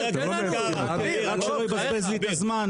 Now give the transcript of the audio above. אתה לא --- רק שלא יבזבז לי את הזמן,